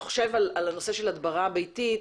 שחושב על הדברה ביתית,